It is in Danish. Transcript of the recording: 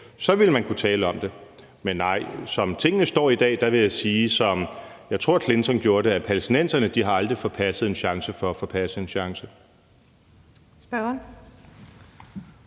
så ville man kunne tale om det. Men nej, som tingene står i dag, vil jeg sige, som jeg tror Clinton gjorde det, at palæstinenserne aldrig har forpasset en chance for at forpasse en chance.